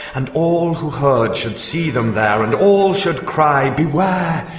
and all who heard should see them there and all should cry, beware!